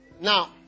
Now